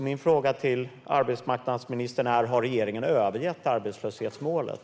Min fråga till arbetsmarknadsministern är: Har regeringen övergett arbetslöshetsmålet?